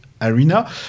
arena